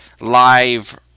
live